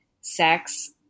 sex